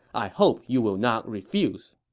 i hope you will not refuse.